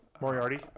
Moriarty